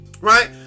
right